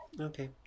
okay